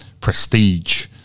prestige